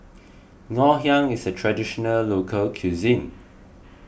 Ngoh Hiang is a Traditional Local Cuisine